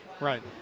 Right